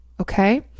Okay